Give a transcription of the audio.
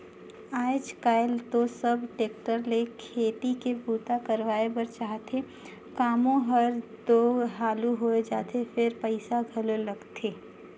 आयज कायल तो सब टेक्टर ले खेती के बूता करवाए बर चाहथे, कामो हर तो हालु होय जाथे फेर पइसा घलो लगथे